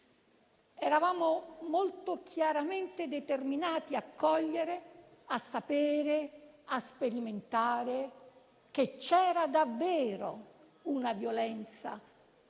Eravamo molto chiaramente determinati a cogliere, a sapere, a sperimentare che c'era davvero una violenza